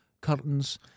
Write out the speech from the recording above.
curtains